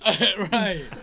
Right